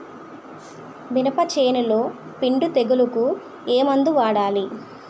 మినప చేనులో పిండి తెగులుకు ఏమందు వాడాలి?